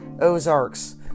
Ozarks